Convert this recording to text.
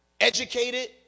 Educated